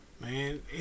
Man